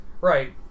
right